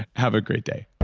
have a great day